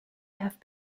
have